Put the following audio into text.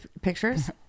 pictures